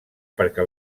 perquè